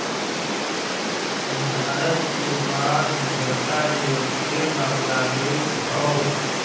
भारत के बाद दूसरका जगह पे बांग्लादेश हौ